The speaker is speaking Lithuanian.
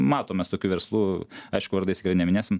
matom mes tokių verslų aišku vardais tikrai neminėsim